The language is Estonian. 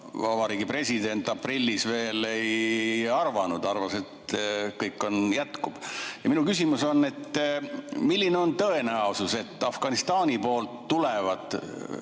vabariigi president aprillis veel ei arvanud, ta arvas, et kõik jätkub. Minu küsimus on: milline on tõenäosus, et Afganistani poolt tulevad